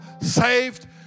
saved